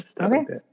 okay